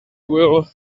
will